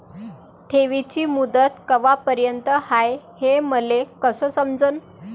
ठेवीची मुदत कवापर्यंत हाय हे मले कस समजन?